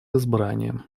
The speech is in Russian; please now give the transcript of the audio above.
избранием